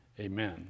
Amen